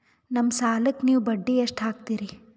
ನಮ್ಮ ಸಾಲಕ್ಕ ನೀವು ಬಡ್ಡಿ ಎಷ್ಟು ಹಾಕ್ತಿರಿ?